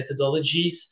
methodologies